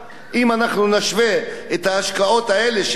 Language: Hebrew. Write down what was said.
אם אנחנו נשווה את ההשקעות האלה שהמדינה